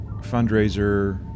fundraiser